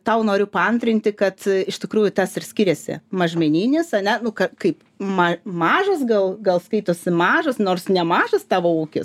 tau noriu paantrinti kad iš tikrųjų tas ir skiriasi mažmeninės ane nu kaip ma mažas gal gal skaitosi mažas nors nemažas tavo ūkis